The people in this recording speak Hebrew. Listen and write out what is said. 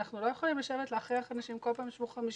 אנחנו לא יכולים להכריח אנשים שכל פעם ישבו 50